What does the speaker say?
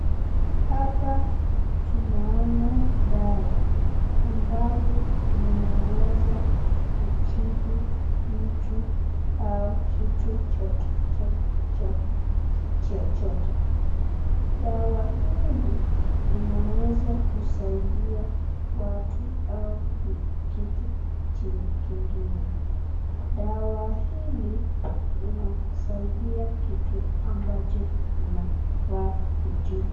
Hapa tunaona dawa ambalo linaweza kutibu mtu, au kitu chochote. Dawa hizi ninaweza kusaidia watu au kitu kingine. Dawa hili linasaidia kitu ambacho kinafaa kutibu.